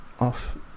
off